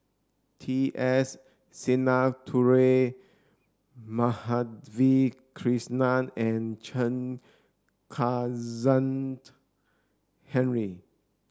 T S Sinnathuray Madhavi Krishnan and Chen Kezhan Henri